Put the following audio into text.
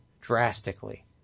drastically